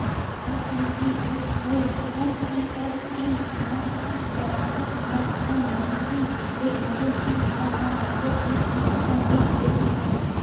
RTGS अउ NEFT म गराहक ह अपन मरजी ले कोनो भी बेरा म कतको भी पइसा नइ भेज सकय